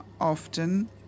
often